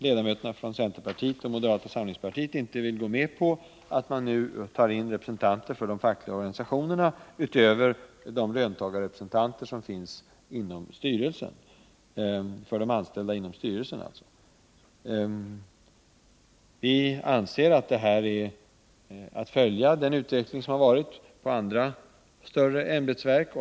Ledamöterna från centerpartiet och moderata samlingspartiet vill inte gå med på att man tar in representanter för de fackliga organisationerna utöver representanterna för de anställda i verket. Propositionens förslag följer den utveckling som har förekommit inom andra större ämbetsverk.